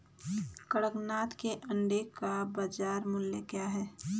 कड़कनाथ के अंडे का बाज़ार मूल्य क्या है?